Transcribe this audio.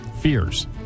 fears